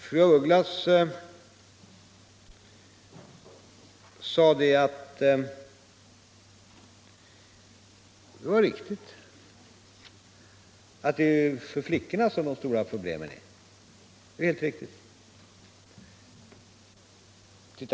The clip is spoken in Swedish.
Fru af Ugglas sade att ett av de stora problemen i detta sammanhang är flickorna, och det är helt riktigt.